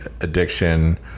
addiction